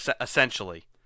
Essentially